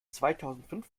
zweitausendfünf